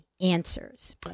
answers